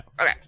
Okay